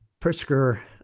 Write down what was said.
Pritzker